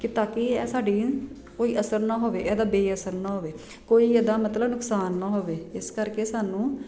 ਤਾਂ ਕਿ ਐ ਸਾਡੀ ਕੋਈ ਅਸਰ ਨਾ ਹੋਵੇ ਇਹਦਾ ਬੇ ਅਸਰ ਨਾ ਹੋਵੇ ਕੋਈ ਇਹਦਾ ਮਤਲਬ ਨੁਕਸਾਨ ਨਾ ਹੋਵੇ ਇਸ ਕਰਕੇ ਸਾਨੂੰ